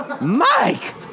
Mike